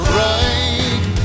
right